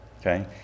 Okay